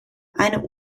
eine